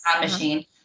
machine